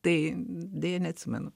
tai deja neatsimenu